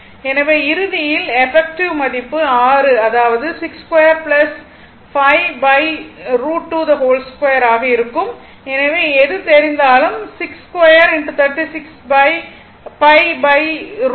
எனவே இறுதியில் எபக்ட்டிவ் மதிப்பு 6 அதாவது 62 r 5 √22 ஆக இருக்கும் எனவே எது தெரிந்தாலும் 6236π√22 252 ஆக இருக்கும்